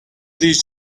these